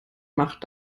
macht